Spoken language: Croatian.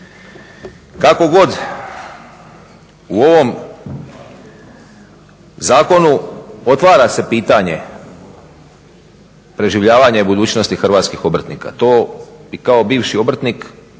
Kako god u ovom zakonu otvara se pitanje preživljavanja i budućnosti hrvatskih obrtnika. To i kao bivši obrtnik i